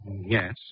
yes